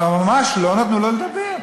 אבל ממש לא נתנו לו לדבר.